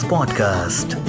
Podcast